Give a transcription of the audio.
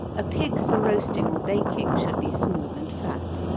a pig for roasting or baking should be small and fat.